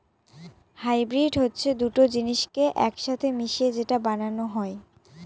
hybrid হচ্ছে দুটো জিনিসকে এক সাথে মিশিয়ে যেটা বানানো হয়